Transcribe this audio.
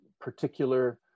particular